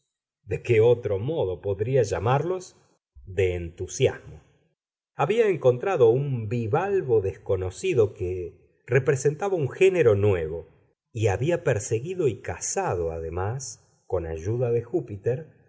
de qué otro modo podría llamarlos de entusiasmo había encontrado un bivalvo desconocido que representaba un género nuevo y había perseguido y cazado además con ayuda de júpiter